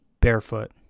Barefoot